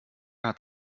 hat